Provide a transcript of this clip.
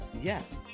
Yes